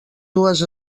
dues